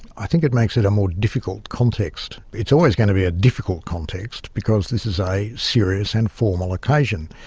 i think it makes it a more difficult context. it's always going to be a difficult context, because this is a serious and formal occasion,